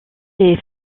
les